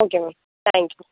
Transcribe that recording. okay ma'am thank you